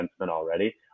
already